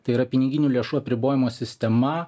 tai yra piniginių lėšų apribojimo sistema